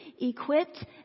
equipped